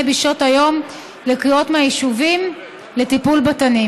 בשעות היום לקריאות מהיישובים לטיפול בתנים.